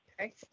Okay